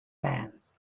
fans